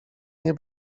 nie